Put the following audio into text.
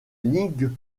ligue